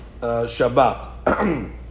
Shabbat